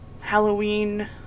Halloween